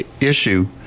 issue